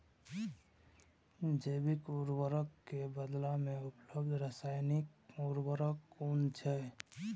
जैविक उर्वरक के बदला में उपलब्ध रासायानिक उर्वरक कुन छै?